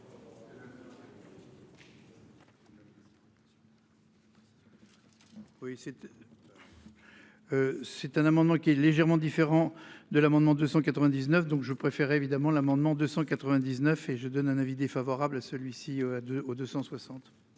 C'est un amendement qui est légèrement différent de l'amendement 299 donc je préférerais évidemment l'amendement 299 et je donne un avis défavorable à celui-ci de aux 260.